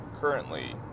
currently